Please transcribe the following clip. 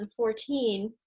2014